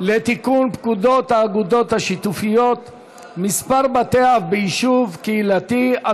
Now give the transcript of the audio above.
לתיקון פקודת האגודות השיתופיות (מספר בתי אב ביישוב קהילתי),